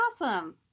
awesome